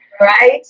Right